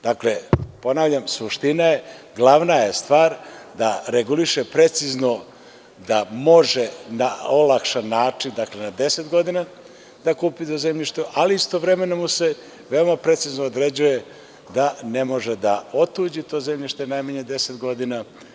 Dakle, ponavljam, suština, glavna je stvar da reguliše precizno da može na olakšan način, dakle na 10 godina da kupi to zemljište, ali istovremeno mu se veoma precizno određuje da ne može da otuđi to zemljište najmanje 10 godina.